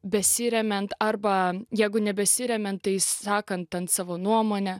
besiremiant arba jeigu nebesiremiant išsakant savo nuomonę